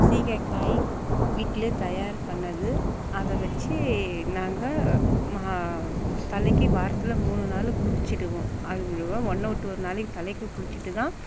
சீகக்காய் வீட்டிலே தயார் பண்ணது அதை வச்சி நாங்கள் மா தலைக்கு வாரத்தில் மூணு நாள் குளிச்சிவிடுவோம் ஒன்று விட்டு ஒரு நாளைக்கு தலைக்கு குளிச்சிவிட்டு தான்